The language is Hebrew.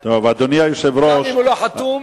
גם אם הוא לא חתום,